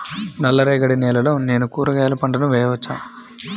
నల్ల రేగడి నేలలో నేను కూరగాయల పంటను వేయచ్చా?